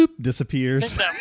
disappears